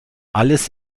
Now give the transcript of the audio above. alles